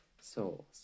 souls